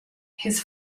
his